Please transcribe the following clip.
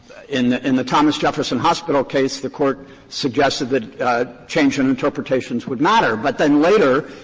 in the in the thomas jefferson hospital case, the court suggested that change in interpretations would matter, but then later,